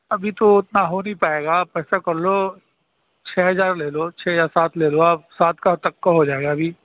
ابھی تو اتنا ہو نہیں پائے گا آپ ایسا کر لو چھ ہزار لے لو چھ یا سات لے لو آپ سات تک کا تک کا ہو جائے گا ابھی